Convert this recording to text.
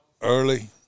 early